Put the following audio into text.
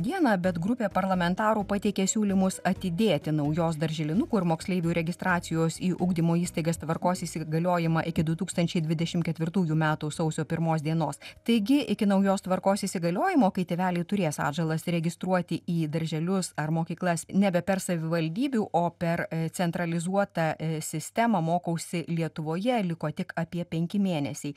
dieną bet grupė parlamentarų pateikė siūlymus atidėti naujos darželinukų ir moksleivių registracijos į ugdymo įstaigas tvarkos įsigaliojimą iki du tūkstančiai dvidešim ketvirtųjų metų sausio pirmos dienos taigi iki naujos tvarkos įsigaliojimo kai tėveliai turės atžalas registruoti į darželius ar mokyklas nebe per savivaldybių o per centralizuotą sistemą mokausi lietuvoje liko tik apie penki mėnesiai